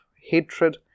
hatred